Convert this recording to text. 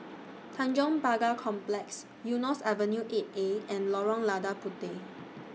Tanjong Pagar Complex Eunos Avenue eight A and Lorong Lada Puteh